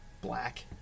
black